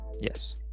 Yes